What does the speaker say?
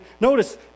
notice